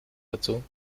dazu